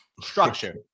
structure